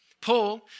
Paul